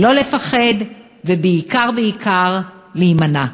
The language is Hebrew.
לא לפחד, ובעיקר בעיקר להימנע.